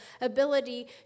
ability